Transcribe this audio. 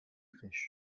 fish